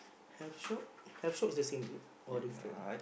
health shop health shop is the same thing or different